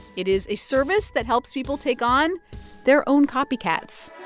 it is a service that helps people take on their own copy cats